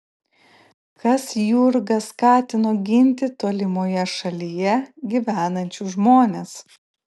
kas jurgą skatino ginti tolimoje šalyje gyvenančius žmones